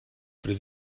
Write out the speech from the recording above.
per